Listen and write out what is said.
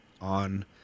on